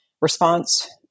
response